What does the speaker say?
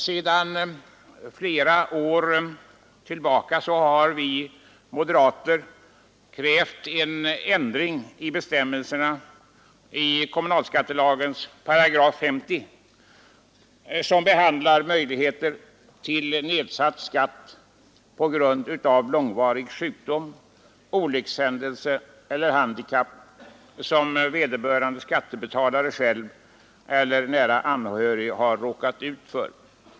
Sedan flera år tillbaka har vi moderater krävt ändring av bestämmelserna i 50 § kommunalskattelagen, som behandlar möjligheter till nedsatt skatt på grund av långvarig sjukdom, olyckshändelse eller handikapp som vederbörande skattebetalare själv eller nära anhörig har råkat ut för.